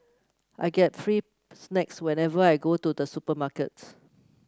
I get free snacks whenever I go to the supermarket